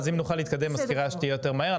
אז אם נוכל להתקדם בסקירה שתהיה יותר מהר?